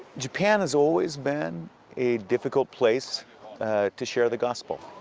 japan has always been a difficult place to share the gospel.